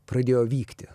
pradėjo vykti